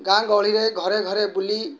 ଗାଁଗହଳିରେ ଘରେ ଘରେ ବୁଲି